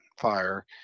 fire